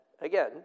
Again